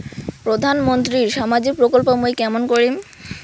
প্রধান মন্ত্রীর সামাজিক প্রকল্প মুই কেমন করিম?